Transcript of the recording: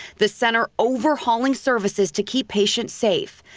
the center overhauling services to keep patients safe.